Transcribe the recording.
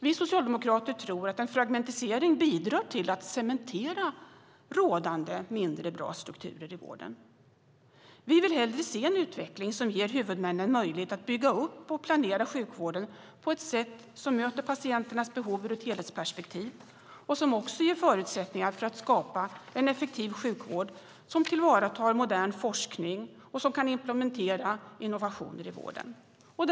Vi socialdemokrater tror att en fragmentisering bidrar till att cementera rådande, mindre bra strukturer i vården. Vi vill hellre se en utveckling som ger huvudmännen möjlighet att bygga upp och planera sjukvården på ett sätt som möter patienternas behov ur ett helhetsperspektiv och som också ger förutsättningar att skapa en effektiv sjukvård som tillvaratar modern forskning och som kan implementera innovationer i vården.